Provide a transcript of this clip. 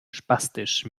spastisch